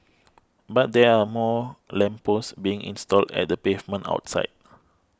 but there are more lamp posts being installed at the pavement outside